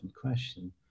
question